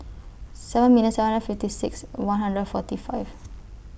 seven million seven hundred fifty six one hundred forty five